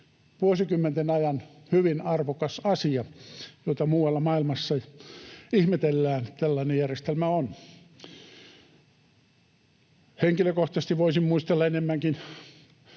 vuosikymmenten ajan hyvin arvokas asia, jota muualla maailmassa ihmetellään, että tällainen järjestelmä on. Henkilökohtaisesti voisin muistella enemmänkin